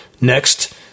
Next